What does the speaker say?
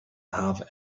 have